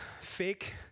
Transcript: fake